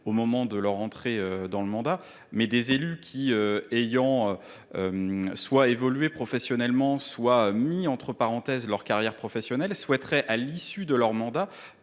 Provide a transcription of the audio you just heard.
au moment de leur entrée dans le mandat, mais des élus qui, soit ayant évolué professionnellement, soit ayant mis entre parenthèses leur carrière professionnelle, souhaiteraient, à l’issue de leur mandat,